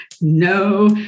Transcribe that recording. No